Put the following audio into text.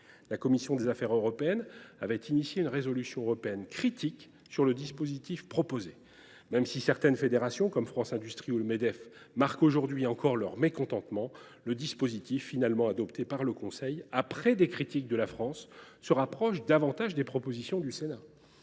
la commission des affaires européennes avait été à l’initiative d’une résolution européenne critique sur le dispositif proposé. Même si certaines fédérations, comme France Industrie ou le Medef, marquent aujourd’hui encore leur mécontentement, le dispositif finalement adopté par le Conseil de l’Union européenne après les critiques de la France se rapproche davantage des propositions du Sénat.